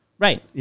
Right